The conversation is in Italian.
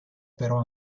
però